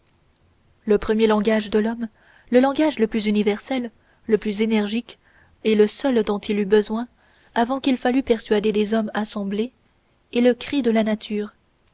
le premier langage de l'homme le langage le plus universel le plus énergique et le seul dont il eut besoin avant qu'il fallût persuader des hommes assemblés est le cri de la nature